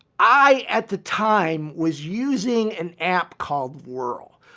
i at the time was using an app called world.